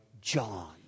John